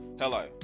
Hello